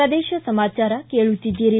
ಪ್ರದೇಶ ಸಮಾಚಾರ ಕೇಳುತ್ತಿದ್ದಿರಿ